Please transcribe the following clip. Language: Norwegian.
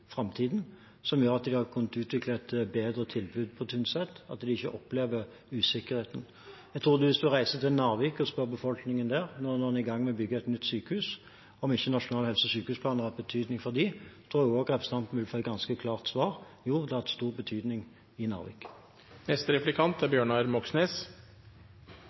framtiden, som gjør at de har kunnet utvikle et bedre tilbud på Tynset, og at de ikke opplever usikkerhet. Hvis en reiser til Narvik og spør befolkningen der, nå når en er i gang med å bygge et nytt sykehus, om ikke Nasjonal helse- og sykehusplan har hatt betydning for dem, tror jeg også at representanten ville fått et ganske klart svar, at jo, det har hatt stor betydning i Narvik. Bakgrunnen for 0 pst.-grensen i KS-området er